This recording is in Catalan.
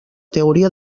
teoria